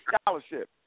scholarship